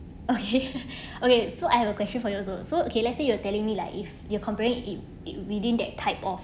okay okay so I have a question for you also so okay let's say you are telling me like if they're comparing it it within that type of